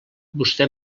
vostè